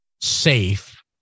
safe